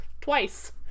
twice